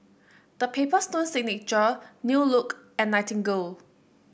The Paper Stone Signature New Look and Nightingale